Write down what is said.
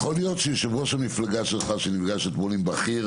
יכול להיות שיושב ראש המפלגה שלך שנפגש אתמול עם בכיר